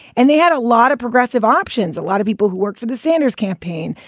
and they had a lot of progressive options. a lot of people who worked for the sanders campaign,